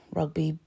rugby